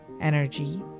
energy